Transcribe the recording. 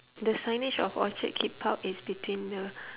the signage of orchard keep out is between the